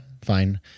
fine